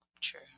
True